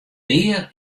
pear